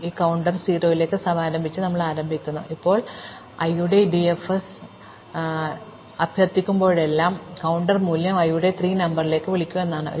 അതിനാൽ ഈ ക counter ണ്ടർ 0 ലേക്ക് സമാരംഭിച്ചുകൊണ്ട് ഞങ്ങൾ ആരംഭിക്കുന്നു ഇപ്പോൾ ഞാൻ i യുടെ DFS അഭ്യർത്ഥിക്കുമ്പോഴെല്ലാം ഞാൻ ആദ്യം ചെയ്യുന്നത് നിലവിലെ ക counter ണ്ടർ മൂല്യം i യുടെ 3 നമ്പറിലേക്ക് വിളിക്കുക എന്നതാണ്